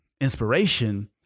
inspiration